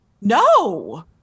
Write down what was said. No